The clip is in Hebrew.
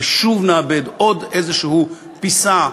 ושוב נאבד עוד איזושהי פיסה,